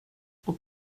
och